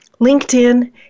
LinkedIn